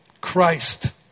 Christ